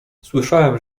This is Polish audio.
słyszałem